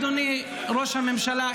אדוני ראש הממשלה,